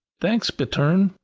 thanks, bittern!